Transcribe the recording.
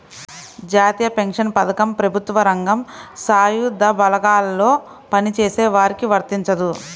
జాతీయ పెన్షన్ పథకం ప్రభుత్వ రంగం, సాయుధ బలగాల్లో పనిచేసే వారికి వర్తించదు